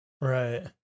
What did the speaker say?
Right